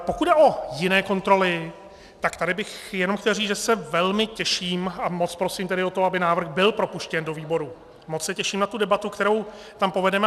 Pokud jde o jiné kontroly, tak tady bych jenom chtěl říct, že se velmi těším, a moc prosím tedy o to, aby návrh byl propuštěn do výboru, moc se těším na tu debatu, kterou tam povedeme.